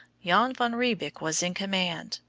jan van riebeek was in command.